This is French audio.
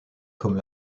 comme